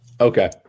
Okay